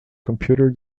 computer